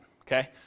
okay